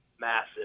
massive